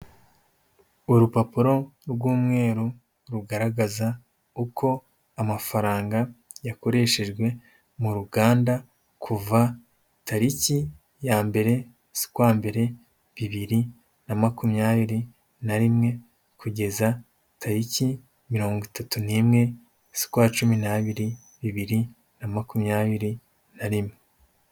Urupapuro rw'umweru rugaragaza uko amafaranga yakoreshejwe mu ruganda kuva tariki ya mbere z'ukwambere bibiri na makumyabiri na rimwe kugeza tariki mirongo itatu n'imwe z'ukwa cumi n'abiri bibiri na makumyabiri na rimwe.